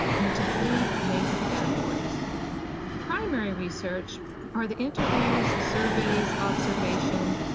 into three major categories primary research or the interviews, surveys, observation,